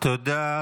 תודה.